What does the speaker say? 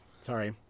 Sorry